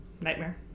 Nightmare